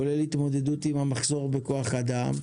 כולל התמודדות עם המחסור בכוח האדם,